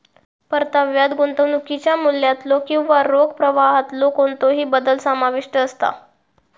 परताव्यात गुंतवणुकीच्या मूल्यातलो किंवा रोख प्रवाहातलो कोणतोही बदल समाविष्ट असता